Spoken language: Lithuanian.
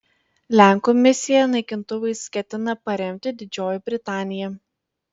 lenkų misiją naikintuvais ketina paremti didžioji britanija